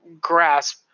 grasp